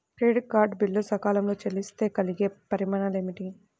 Credit card bill సకాలంలో చెల్లిస్తే కలిగే పరిణామాలేమిటి?